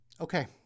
Okay